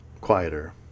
quieter